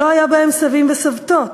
שלא היו בהן סבים וסבתות,